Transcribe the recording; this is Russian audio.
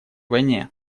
войне